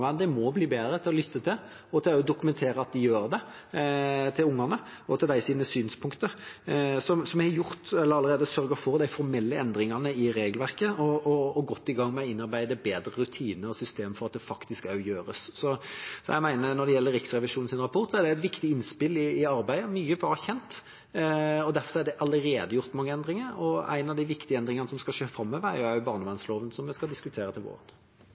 må bli bedre til å lytte til ungene og deres synspunkt og til å dokumentere at de gjør det. Vi har allerede sørget for de formelle endringene i regelverket og er godt i gang med å innarbeide bedre rutiner og system for at det faktisk også gjøres. Jeg mener at når det gjelder Riksrevisjonens rapport, er det viktige innspill i arbeidet. Mye var kjent, og derfor er det allerede gjort mange endringer. En av de viktige endringene som skal skje framover, er barnevernsloven, som vi skal diskutere til våren.